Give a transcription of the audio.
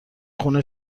خون